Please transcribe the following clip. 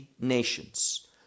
nations